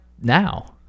now